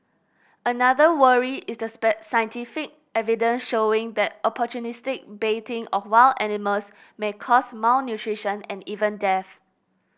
another worry is the scientific evidence showing that opportunistic baiting of wild animals may cause malnutrition and even death